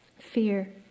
Fear